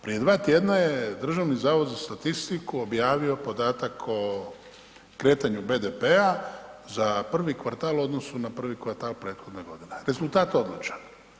Prije 2 tj. je Državni zavod za statistiku objavio podatak o kretanju BDP-a za prvi kvartal u odnosu na prvi kvartal prethodne godine, rezultat odličan.